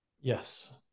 Yes